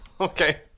okay